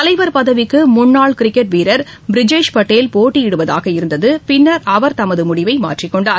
தலைவர் பதவிக்கு முன்னாள் கிரிக்கெட் வீரர் பிரிஜேஷ் பட்டேல் போட்டியிடுவதாக இருந்தது பின்னர் அவர் தனது முடிவை மாற்றிக்கொண்டார்